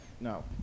no